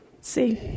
see